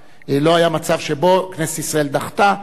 לא היה מצב שבו כנסת ישראל דחתה את